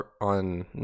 on